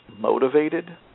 motivated